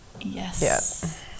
Yes